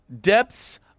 Depths